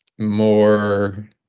more